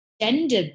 gender